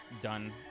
done